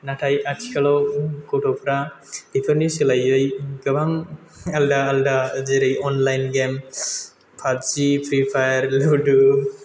नाथाय आथिखालाव गथ'फोरा बेफोरनि सोलायै गोबां आलादा आलादा जेरै अनलाइन गेम पाबजि फ्रिफायार लुड'